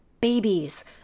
babies